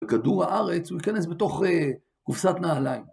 וכדור הארץ, הוא ייכנס בתוך קופסת נעליים.